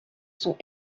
sont